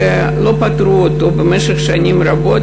שלא פתרו אותו במשך שנים רבות,